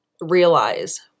realize